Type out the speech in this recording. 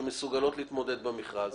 שמסוגלות להתמודד במכרז.